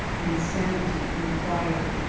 insan ity in the crier.